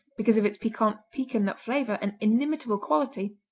because of its piquant pecan-nut flavor and inimitable quality,